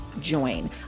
join